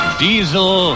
diesel